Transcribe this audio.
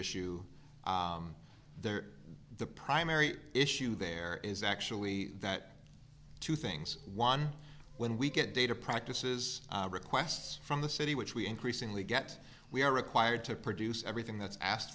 issue there the primary issue there is actually that two things one when we get data practices requests from the city which we increasingly get we are required to produce everything that's asked